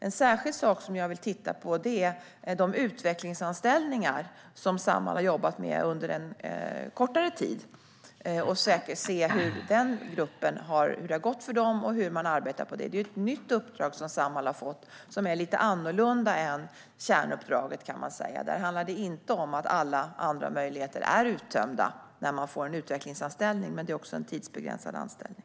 En särskild sak som jag vill titta på är de utvecklingsanställningar som Samhall har jobbat med under en kortare tid, se hur det har gått för den gruppen och hur man arbetar på det. Det är ett nytt uppdrag som Samhall har fått som är lite annorlunda än kärnuppdraget. Det handlar inte om att alla andra möjligheter är uttömda när man får en utvecklingsanställning, men det är också en tidsbegränsad anställning.